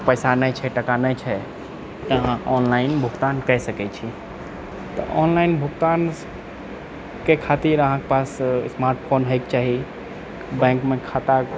पैसा नहि छै टाका नहि छै तऽ अहाँ ऑनलाइन भुगतान कए सकैत छी तऽ ऑनलाइन भुगतानके खातिर अहाँकेँ पास स्मार्टफोन होए कऽ चाही बैंकमे खाता